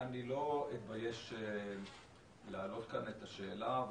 אני לא אתבייש להעלות כאן את השאלה: